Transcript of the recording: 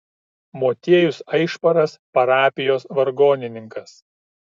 motiejus aišparas parapijos vargonininkas